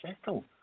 settle